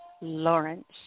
Lawrence